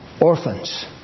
Orphans